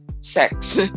sex